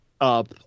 up